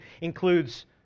includes